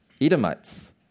Edomites